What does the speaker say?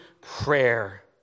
prayer